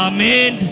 Amen